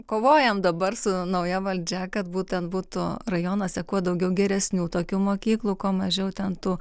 kovojam dabar su nauja valdžia kad būtent būtų rajonuose kuo daugiau geresnių tokių mokyklų kuo mažiau ten tų